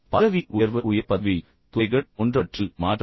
பதவி உயர்வு உயர் பதவி துறைகள் போன்றவற்றில் மாற்றம்